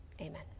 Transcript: Amen